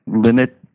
limit